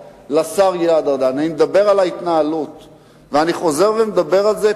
ואני חוזר ומדבר על זה,